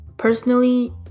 personally